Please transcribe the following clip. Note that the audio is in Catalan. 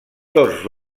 tots